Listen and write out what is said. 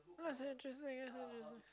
no it's damn interesting it's intersting